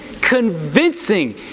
convincing